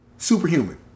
Superhuman